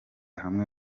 hamwe